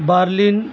Berlin